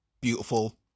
beautiful